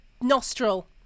nostril